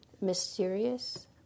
mysterious